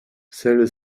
celle